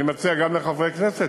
אני מציע גם לחברי הכנסת,